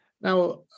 Now